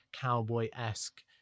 cowboy-esque